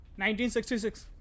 1966